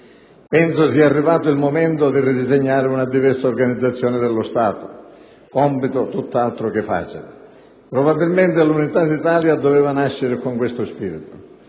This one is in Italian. Penso sia arrivato il momento di ridisegnare una diversa organizzazione dello Stato, compito tutt'altro che facile: probabilmente l'unità d'Italia doveva nascere con questo spirito.